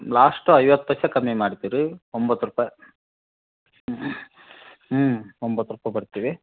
last ಐವತ್ತು ಪೈಸಾ ಕಮ್ಮಿ ಮಾಡ್ತೀವಿ ರೀ ಒಂಬತ್ತು ರೂಪಾಯಿ ಹ್ಞೂ ಒಂಬತ್ತು ರೂಪಾಯ್ಗೆ ಬರ್ತೀವಿ